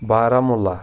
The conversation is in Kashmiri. بارامُلہ